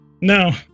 No